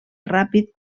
ràpid